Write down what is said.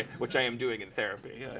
which i am doing in therapy.